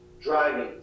driving